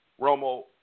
Romo